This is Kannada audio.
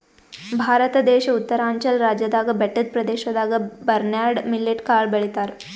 ಭಾರತ ದೇಶ್ ಉತ್ತರಾಂಚಲ್ ರಾಜ್ಯದಾಗ್ ಬೆಟ್ಟದ್ ಪ್ರದೇಶದಾಗ್ ಬರ್ನ್ಯಾರ್ಡ್ ಮಿಲ್ಲೆಟ್ ಕಾಳ್ ಬೆಳಿತಾರ್